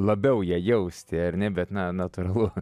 labiau ją jausti ar ne bet na natūralu